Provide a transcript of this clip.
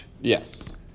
Yes